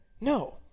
No